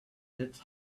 it’s